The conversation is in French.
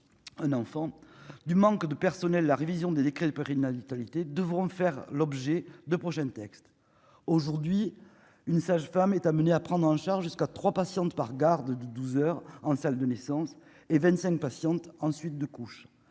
un enfant du manque de personnel, la révision des décrets de péril la vitalité devront faire l'objet de prochains textes aujourd'hui une sage-femme est amené à prendre en charge jusqu'à 3 patientes par garde de 12 heures en salle de naissance et 25 patiente ensuite de couches